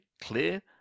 clear